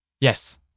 Yes